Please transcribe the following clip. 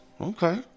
Okay